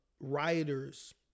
writers